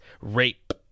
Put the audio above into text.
rape